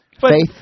Faith